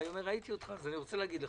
ואמר: ראיתי אותך אז אני רוצה להגיד לך.